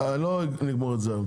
ולא נגמור את זה היום,